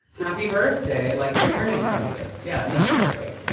happy birthday. like paternity crisis. yeah. no, not great